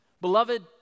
Beloved